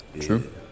true